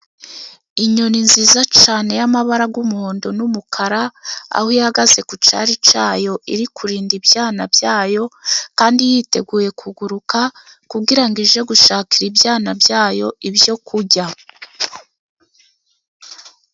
Inyoni nziza cyane y'amabara y'umuhondo n'umukara, aho ihagaze ku cyari cyayo, iri kurinda ibyana byayo kandi yiteguye kuguruka, kugirango ije gushakira ibyana byayo ibyo kurya.